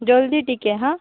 ଜଲ୍ଦି ଟିକେ ହାଁ